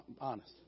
honest